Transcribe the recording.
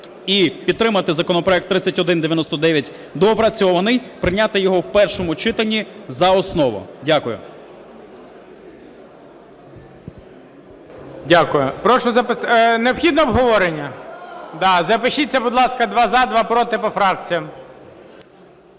і підтримати законопроект 3199 (доопрацьований), прийняти його в першому читанні за основу. Дякую.